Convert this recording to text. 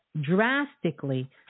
drastically